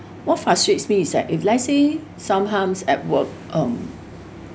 what frustrates me is that if let's say sometimes at work um